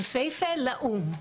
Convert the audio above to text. יפהפה לאו"ם.